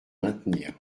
maintenir